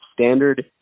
standard